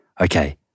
Okay